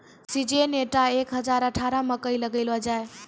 Syngenta एक हजार अठारह मकई लगैलो जाय?